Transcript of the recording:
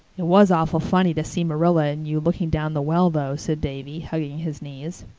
it was awful funny to see marilla and you looking down the well, though, said davy, hugging his knees.